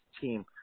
team